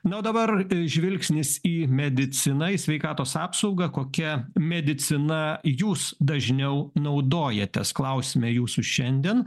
na o dabar žvilgsnis į mediciną į sveikatos apsaugą kokia medicina jūs dažniau naudojatės klausiame jūsų šiandien